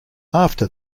after